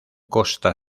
costa